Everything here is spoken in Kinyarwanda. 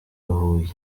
huye